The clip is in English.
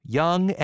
young